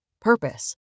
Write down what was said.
Purpose